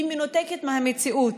הן מנותקות מהמציאות.